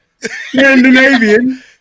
Scandinavian